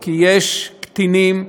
כי יש קטינים,